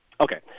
Okay